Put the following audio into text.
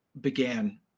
began